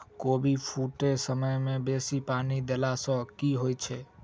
कोबी फूटै समय मे बेसी पानि देला सऽ की होइ छै?